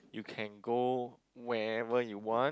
you can go wherever you want